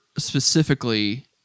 specifically